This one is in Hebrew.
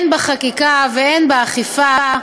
הן בחקיקה והן באכיפה,